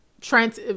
Trent